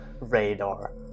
radar